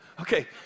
Okay